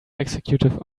executive